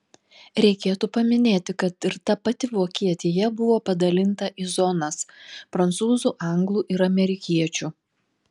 reikėtų paminėti kad ir ta pati vokietija buvo padalinta į zonas prancūzų anglų ir amerikiečių